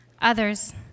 Others